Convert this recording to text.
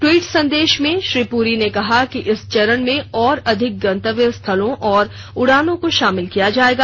tweet संदेश में श्री पुरी ने कहा कि इस चरण में और अधिक गन्तव्य स्थलों और उड़ानों को शामिल किया जाएगा